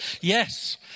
Yes